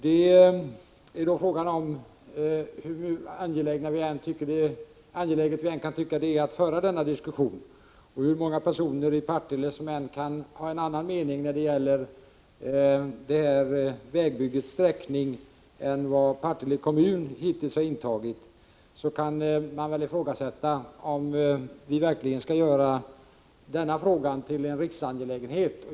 Hur angeläget vi än kan tycka att det är att föra denna diskussion och hur många personer i Partille som än kan ha en annan mening än den som Partille kommun har intagit när det gäller vägbyggets sträckning, kan man ifrågasätta om denna fråga verkligen skall göras till en riksangelägenhet.